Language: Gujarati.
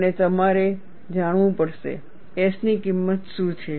અને તમારે જાણવું પડશે S ની કિંમત શું છે